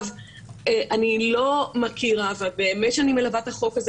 אני מלווה את החוק הזה,